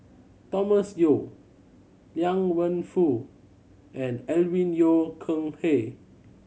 Thomas Yeo Liang Wenfu and Alvin Yeo Khirn Hai